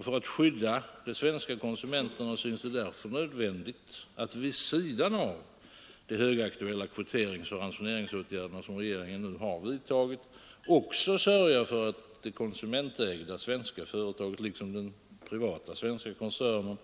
För att skydda de svenska konsumenterna synes det därför nödvändigt att vid sidan av de högaktuella kvoteringsoch ransoneringsåtgärder som regeringen nu har vidtagit också sörja för att det konsumentägda svenska företaget liksom den privata svenska koncernen